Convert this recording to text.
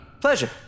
Pleasure